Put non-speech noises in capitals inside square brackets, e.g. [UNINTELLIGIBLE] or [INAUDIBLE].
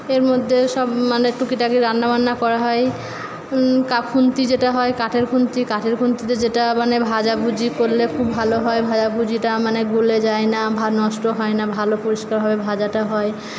এর মধ্যেও সব মানে টুকিটাকি রান্নাবান্না করা হয় খুন্তি যেটা হয় কাঠের খুন্তি কাঠের খুন্তিতে যেটা মানে ভাজা ভুজি করলে খুব ভালো হয় ভাজা ভুজিটা মানে গলে যায় না [UNINTELLIGIBLE] নষ্ট হয় না ভালো পরিষ্কারভাবে ভাজাটা হয়